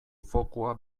fokua